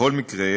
בכל מקרה,